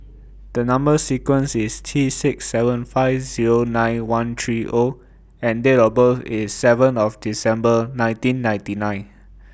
The Number sequence IS T six seven five Zero nine one three O and Date of birth IS seven of December nineteen ninety nine